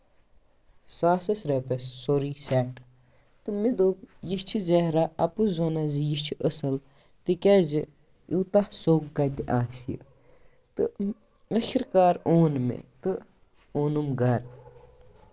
ساسَس رۄپِیَس سورُے سٮ۪ٹ تہٕ مےٚ دوٚپ یہِ چھُ ظٲہرا اَپُز وَنان زِ یہِ چھُ اَصٕل تِکیازِ یوٗتاہ سرٛۅگ کَتہِ آسہِ یہِ تہٕ ٲخر کار اوٚن مےٚ تہٕ اوٚنُم گرٕ